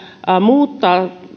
muuttaa